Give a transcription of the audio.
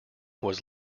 was